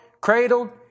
cradled